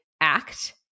act